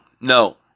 No